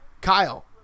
Kyle